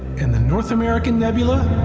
and the north american nebula,